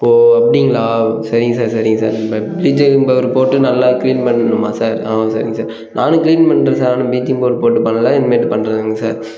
ஓ அப்படிங்களா சரிங்க சார் சரிங்க சார் நம்ம ப்ளீச்சிங் பவுடரு போட்டு நல்லா க்ளீன் பண்ணணுமா சார் ஆ சரிங்க சார் நானும் க்ளீன் பண்ணுறேன் சார் ஆனால் ப்ளீச்சிங் பவுடர் போட்டு பண்ணலை இனிமேட்டு பண்ணுறேங்க சார்